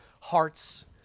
hearts